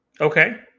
Okay